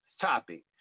topic